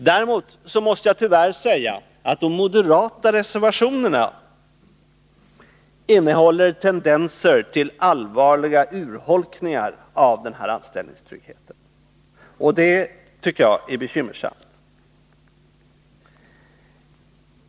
Däremot måste jag tyvärr säga att de moderata reservationerna innehåller tendenser till allvarliga urholkningar av denna anställningstrygghet, och det tycker jag är bekymmersamt.